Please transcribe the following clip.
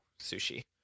sushi